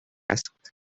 asked